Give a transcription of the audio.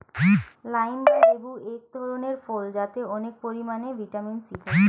lime বা লেবু এক ধরনের ফল যাতে অনেক পরিমাণে ভিটামিন সি থাকে